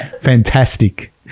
fantastic